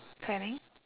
planning